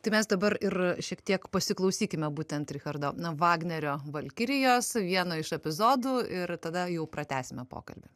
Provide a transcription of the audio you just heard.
tai mes dabar ir šiek tiek pasiklausykime būtent richardo vagnerio valkirijos vieno iš epizodų ir tada jau pratęsime pokalbį